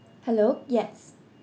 hello yes